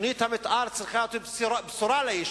תוכנית המיתאר צריכה לתת בשורה ליישוב,